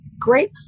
great